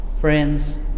Friends